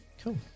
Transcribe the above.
Cool